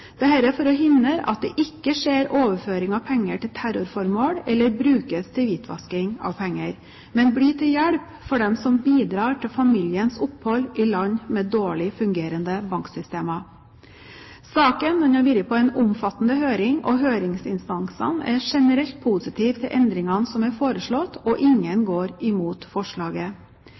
for å hindre at det skjer overføring av penger til terrorformål eller hvitvasking av penger, men at de blir til hjelp for dem som bidrar til familiens opphold i land med dårlig fungerende banksystemer. Saken har vært på en omfattende høring, og høringsinstansene er generelt positive til endringene som er foreslått, og ingen går imot forslaget.